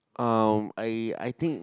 uh I I think